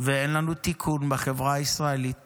ואין לנו תיקון בחברה הישראלית